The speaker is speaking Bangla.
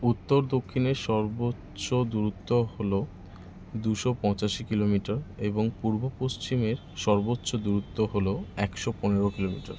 উত্তর দক্ষিণের সর্বোচ্চ দূরত্ব হলো দুশো পঁচাশি কিলোমিটার এবং পূর্ব পশ্চিমের সর্বোচ্চ দূরত্ব হলো একশো পনেরো কিলোমিটার